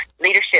leadership